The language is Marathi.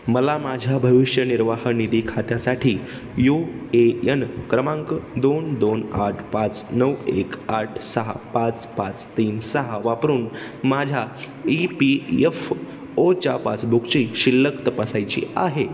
मला माझ्या भविष्य निर्वाह निधी खात्यासाठी यू ए यन क्रमांक दोन दोन आठ पाच नऊ एक आठ सहा पाच पाच तीन सहा वापरून माझ्या ई पी यफ ओच्या पासबुकची शिल्लक तपासायची आहे